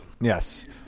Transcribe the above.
Yes